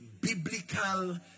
biblical